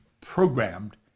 programmed